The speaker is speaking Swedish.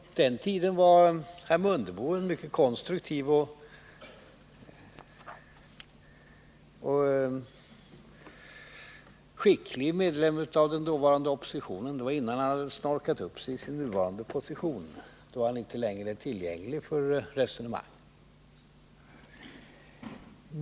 På den tiden var herr Mundebo en mycket konstruktiv och skicklig medlem av den dåvarande oppositionen. Det var innan han hade snorkat upp sig i sin nuvarande position. Nu är han inte längre tillgänglig för resonemang.